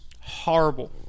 horrible